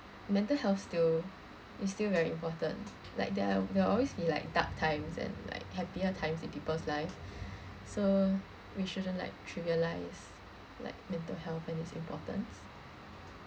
mental health still is still very important like there'll there will always be like dark times and like happier times in people's life so we shouldn't like trivialise like mental health and its importance